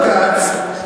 ומה אמר בג"ץ,